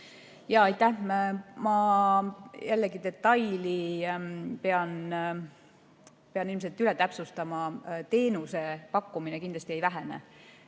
Aitäh! Ma jällegi detaili pean ilmselt üle täpsustama, teenuse pakkumine kindlasti ei vähene.